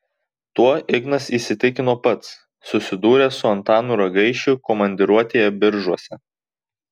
tuo ignas įsitikino pats susidūręs su antanu ragaišiu komandiruotėje biržuose